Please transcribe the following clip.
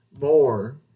more